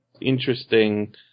interesting